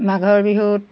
মাঘৰ বিহুত